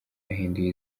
yahinduye